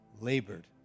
labored